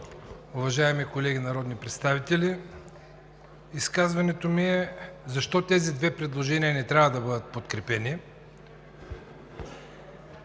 Уважаеми колеги народни представители! Изказването ми е защо тези две предложения не трябва да бъдат подкрепени,